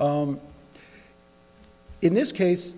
in this case